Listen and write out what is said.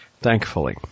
Thankfully